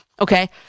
Okay